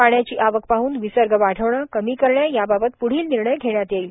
पाण्याची आवक पाहन विसर्ग वाढविणे कमी करणेबाबत प्ढील निर्णय घेण्यात येईल